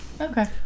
Okay